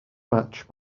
match